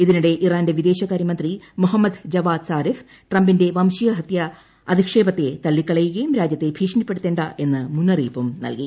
ഇതിനിടെ ഇറാന്റെ വിദേശകാര്യമന്ത്രി മൊഹമ്മദ് ജവാദ് സാരിഫ് ട്രംപിന്റെ വംശീയഹത്യാ അധിക്ഷേപത്തെ തള്ളിക്കളയുകയും രാജ്യത്തെ ഭീഷണിപ്പെടുത്തേണ്ട എന്ന് മുന്നറിയിപ്പും നൽകി